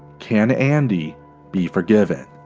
can andi be forgiven?